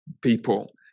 people